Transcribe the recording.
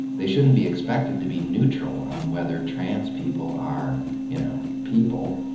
they shouldn't be expected to be neutral on whether trans people are you know, people,